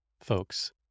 folks